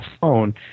phone